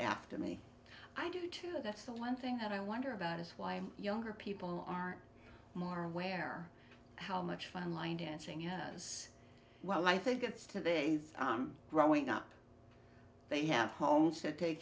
after me i do too that's the one thing that i wonder about is why younger people are more aware how much fun line dancing you know as well i think it's today's growing up they have to take